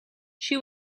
she